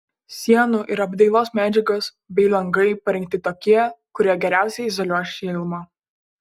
sienų ir apdailos medžiagos bei langai parinkti tokie kurie geriausiai izoliuos šilumą